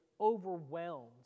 overwhelmed